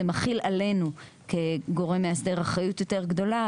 זה מחיל עלינו כגורם מאסדר אחריות יותר גדולה,